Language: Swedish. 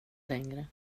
längre